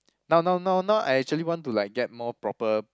now now now now I actually want to like get more proper